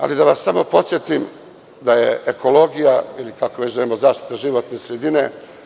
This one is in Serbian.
Ali, da vas samo podsetim da je ekologija ili kako već zovemo zaštita životne sredine.